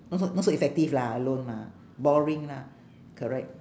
not so not so effective lah alone mah boring lah correct